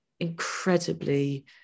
incredibly